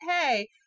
hey